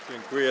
Dziękuję.